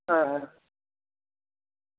ᱦᱮᱸ ᱦᱮᱸ